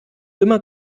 immer